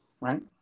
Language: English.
right